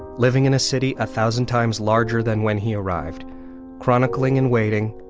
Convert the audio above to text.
living in a city a thousand times larger than when he arrived chronicling and waiting.